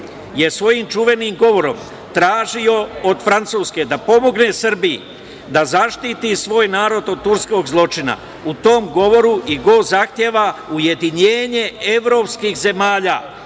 je svojim čuvenim govorom tražio od Francuske da pomogne Srbiji da zaštiti svoj narod od turskog zločina. U tom govoru Igo zahteva ujedinjenje evropskih zemalja,